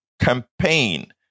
campaign